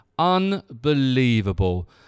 Unbelievable